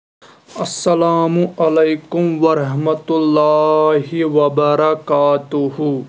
السلام علیکم ورحمۃ اللہ وبرکاتہ